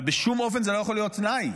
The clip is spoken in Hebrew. אבל בשום אופן זה לא יכול להיות תנאי.